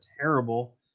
terrible